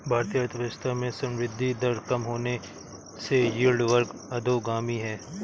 भारतीय अर्थव्यवस्था में संवृद्धि दर कम होने से यील्ड वक्र अधोगामी है